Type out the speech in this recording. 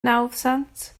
nawddsant